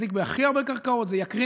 שמחזיק בהכי הרבה קרקעות.